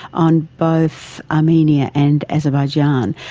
on both armenia and azerbaijan,